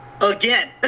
again